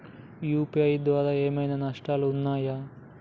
UPI ద్వారా ఏమైనా నష్టాలు ఉన్నయా?